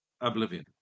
Oblivion